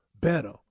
better